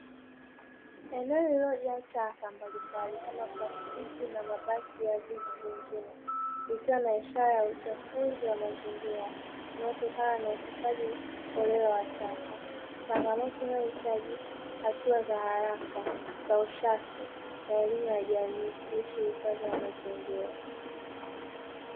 Eneo lililojaa taka mbalimbali kama plastiki na mabaki ya vitu vingine, likiwa ni ishara ya uchafuzi wa mazingira unaotokana na utupaji holera wa taka, changamoto inayohitaji hatua za haraka za usafi na elimu ya jamii kuhusu uhifadhi wa mazingira.